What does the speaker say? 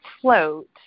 float